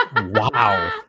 Wow